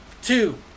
Two